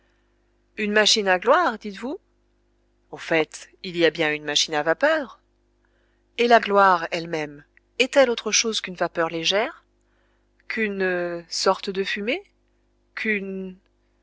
une machine à gloire dites-vous au fait il y a bien une machine à vapeur et la gloire elle-même est-elle autre chose qu'une vapeur légère qu'une sorte de fumée qu'une